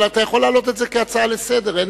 אבל אתה יכול להעלות את זה כהצעה לסדר-היום.